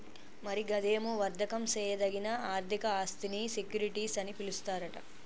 మరి గదేమో వర్దకం సేయదగిన ఆర్థిక ఆస్థినీ సెక్యూరిటీస్ అని పిలుస్తారట